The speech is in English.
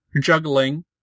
juggling